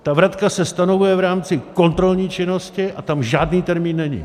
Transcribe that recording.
Ta vratka se stanovuje v rámci kontrolní činnosti a tam žádný termín není.